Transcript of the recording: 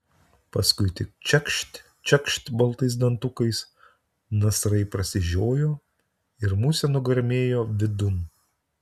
paskui tik čekšt čekšt baltais dantukais nasrai prasižiojo ir musė nugarmėjo vidun